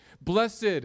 Blessed